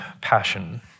passion